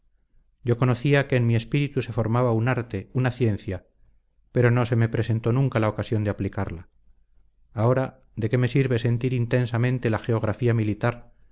yo conocía que en mi espíritu se formaba un arte una ciencia pero no se me presentó nunca la ocasión de aplicarla ahora de qué me sirve sentir intensamente la geografía militar